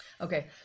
Okay